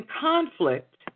conflict